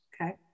Okay